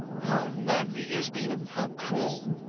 how unmanly he has been, and how cruel.